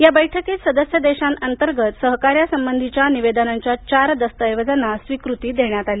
या बैठकीत सदस्य देशांतर्गत सहकार्यासंबंधीच्या निवेदनांच्या चार दस्तऐवजांना स्वीकृती देण्यात आली